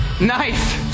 Nice